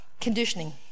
conditioning